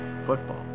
football